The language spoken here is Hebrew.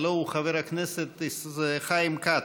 הלוא הוא חבר הכנסת חיים כץ,